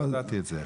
לא ידעתי את זה.